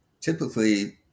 typically